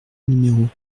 numéros